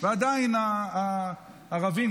ועדיין הערבים,